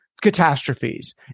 catastrophes